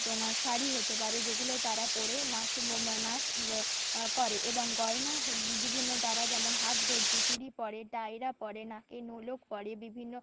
তোমার শাড়ি হতে পারে যেগুলো তারা পরে নাচে নাচ বা করে এবং গয়না হো বিভিন্ন তারা যেমন হাত ভর্তি চুড়ি পরে টায়রা পরে নাকে নোলক পরে বিভিন্ন